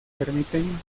permiten